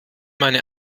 meine